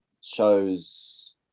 shows